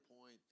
point